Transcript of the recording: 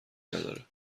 نداره